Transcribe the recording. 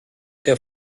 der